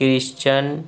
christian